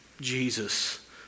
Jesus